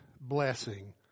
blessing